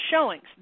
showings